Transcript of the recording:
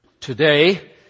today